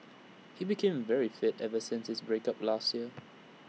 he became very fit ever since his break up last year